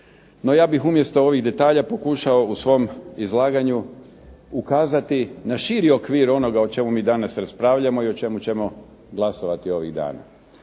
NO, ja bih umjesto ovih detalja pokušao u svom izlaganju ukazati na širi okvir onoga o čemu mi danas raspravljamo i o čemu ćemo glasovati ovih dana.